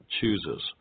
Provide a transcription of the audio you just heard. chooses